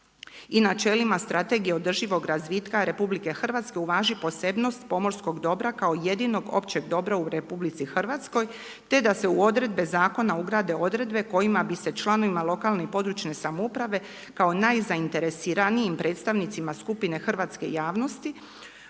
i načelima strategija održivog razvitka RH, uvaži posebnost pomorskog dobra kao jedinog općeg dobra u RH, te da se u odredbe zakona ugrade odredbe kojima bi se članova lokalne i područne samouprave kao najzainteresiranijim predstavnicima skupine hrvatske javnosti